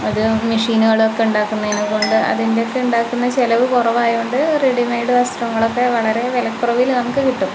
അത് മിഷനുകളൊക്കെ ഉണ്ടാക്കുന്നതിനെകൊണ്ട് അതിന്റെയൊക്കെ ഉണ്ടാക്കുന്ന ചിലവ് കുറവായതു കൊണ്ട് റെഡി മേഡ് വസ്ത്രങ്ങളൊക്കെ വളരെ വിലകുറവിൽ നമുക്ക് കിട്ടും